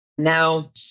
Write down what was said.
Now